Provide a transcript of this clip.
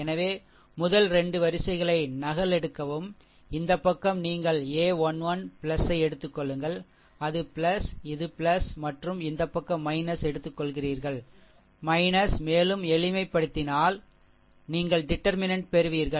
எனவே முதல் 2 வரிசைகளை நகலெடுக்கவும் இந்த பக்கம் நீங்கள் a1 1 ஐ எடுத்துக் கொள்ளுங்கள் அது இது மற்றும் இந்த பக்கம் எடுத்துக்கொள்கிறீர்கள் மேலும் எளிமைப்படுத்தினால் நீங்கள் டிடெர்மினென்ட் பெறுவீர்கள்